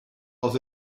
was